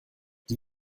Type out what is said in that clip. die